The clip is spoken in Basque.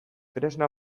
tresna